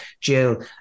Jill